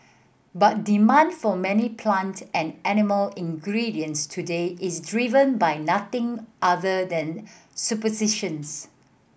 but demand for many plant and animal ingredients today is driven by nothing other than superstitions